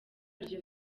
iryo